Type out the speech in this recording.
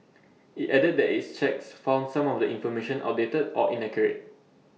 IT added that its checks found some of the information outdated or inaccurate